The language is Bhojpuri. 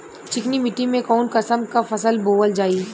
चिकनी मिट्टी में कऊन कसमक फसल बोवल जाई?